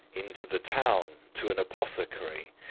into the town to an apothecary,